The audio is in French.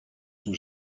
sont